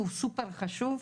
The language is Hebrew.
הוא סופר חשוב.